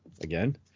again